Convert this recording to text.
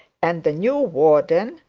and the new warden,